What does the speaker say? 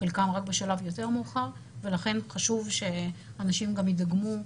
חלקם רק בשלב יותר מאוחר ולכן חשוב שאנשים גם יידגמו.